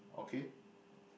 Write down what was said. okay